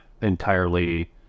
entirely